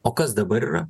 o kas dabar yra